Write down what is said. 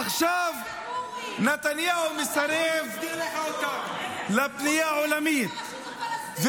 עכשיו נתניהו מסרב לפנייה העולמית,